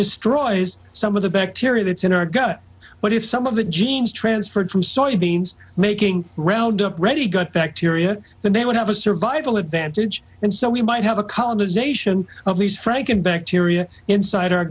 destroys some of the bacteria that's in our gut but if some of the genes transferred from soybeans making roundup ready got bacteria then they would have a survival advantage and so we might have a colonization of these franken bacteria inside our